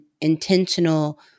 intentional